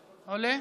עולה?